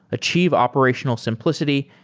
achieve operational simplicity,